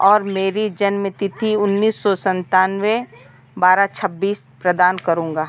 और मेरी जन्मतिथि उन्नीस सौ सन्तान्वे बारह छब्बीस प्रदान करूँगा